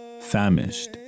Famished